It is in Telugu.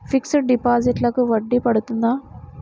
ఫిక్సడ్ డిపాజిట్లకు వడ్డీ పడుతుందా?